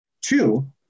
Two